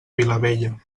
vilavella